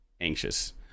anxious